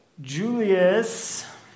Julius